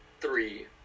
three